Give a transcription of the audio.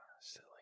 Silly